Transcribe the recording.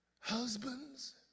Husbands